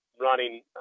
running